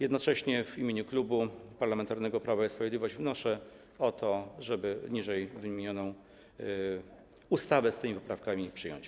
Jednocześnie w imieniu Klubu Parlamentarnego Prawo i Sprawiedliwość wnoszę o to, żeby ww. ustawę z tymi poprawkami przyjąć.